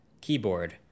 keyboard